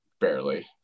Barely